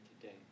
today